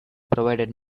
provided